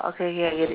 okay okay I get it